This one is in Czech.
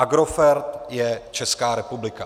Agrofert je Česká republika.